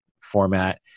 format